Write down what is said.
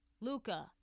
Luca